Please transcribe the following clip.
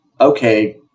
Okay